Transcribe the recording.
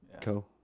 Co